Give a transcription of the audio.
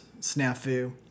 snafu